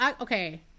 okay